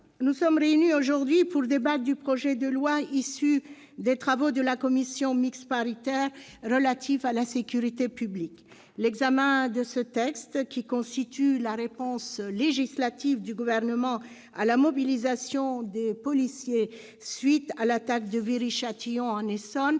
nous sommes réunis aujourd'hui pour débattre du projet de loi, tel qu'issu des travaux de la commission mixte paritaire, relatif à la sécurité publique. L'examen de ce texte, qui constitue la réponse législative du Gouvernement à la mobilisation des policiers à la suite de l'attaque de Viry-Châtillon, en Essonne,